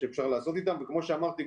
וכמו שאמרתי,